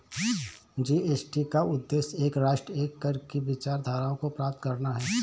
GST का उद्देश्य एक राष्ट्र, एक कर की विचारधारा को प्राप्त करना है